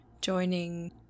joining